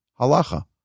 halacha